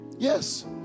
Yes